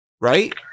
Right